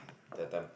the time